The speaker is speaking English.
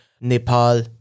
Nepal